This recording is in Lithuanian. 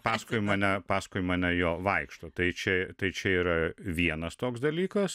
paskui mane paskui mane jo vaikšto tai čia tai čia yra vienas toks dalykas